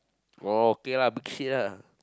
oh okay lah big shit lah